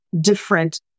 different